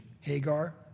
Hagar